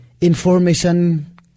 Information